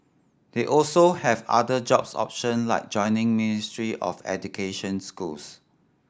they also have other jobs option like joining Ministry of Education schools